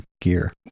gear